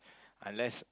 unless